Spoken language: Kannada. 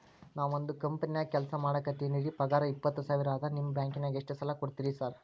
ನಾನ ಒಂದ್ ಕಂಪನ್ಯಾಗ ಕೆಲ್ಸ ಮಾಡಾಕತೇನಿರಿ ಪಗಾರ ಇಪ್ಪತ್ತ ಸಾವಿರ ಅದಾ ನಿಮ್ಮ ಬ್ಯಾಂಕಿನಾಗ ಎಷ್ಟ ಸಾಲ ಕೊಡ್ತೇರಿ ಸಾರ್?